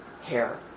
hair